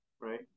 right